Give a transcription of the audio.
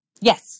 Yes